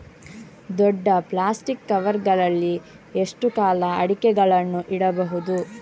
ದೊಡ್ಡ plastic cover ಗಳಲ್ಲಿ ಎಷ್ಟು ಕಾಲ ಅಡಿಕೆಗಳನ್ನು ಇಡಬಹುದು?